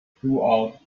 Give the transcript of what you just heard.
throughout